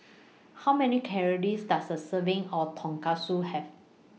How Many Calories Does A Serving of Tonkatsu Have